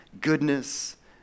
goodness